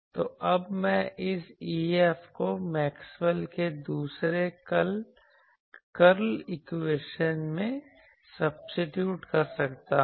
तो अब मैं इस EF को Maxwell के दूसरे कर्ल इक्वेशन में सब्सीट्यूट कर सकता हूं